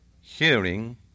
hearing